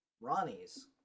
Ronnie's